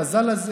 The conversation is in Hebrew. המזל הזה,